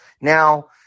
Now